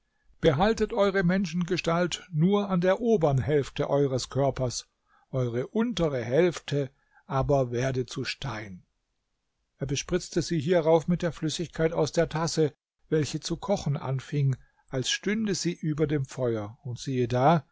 behaltet eure menschengestalt nur an der obern hälfte eures körpers eure untere hälfte aber werde zu stein er bespritzte sie hierauf mit der flüssigkeit aus der tasse welche zu kochen anfing als stünde sie über dem feuer und siehe da